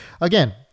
again